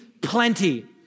plenty